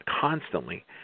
constantly